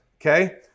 Okay